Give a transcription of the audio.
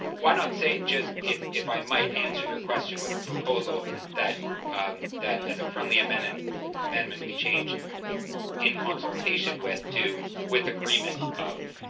why not say just if if i might answer your question with a proposal that that as a friendly amendment amendment we change in consultation with to with agreement of?